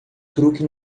truque